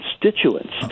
constituents